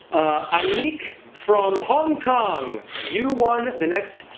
anik from hong kong! you won the next